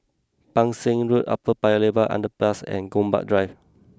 Pang Seng Road Upper Paya Lebar Underpass and Gombak Drive